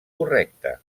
correcte